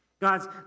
God's